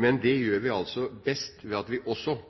men det gjør vi altså best ved at vi også